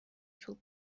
توپ